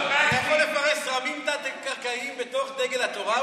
אני יכול לפרש זרמים תת-קרקעיים בתוך דגל התורה?